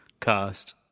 cast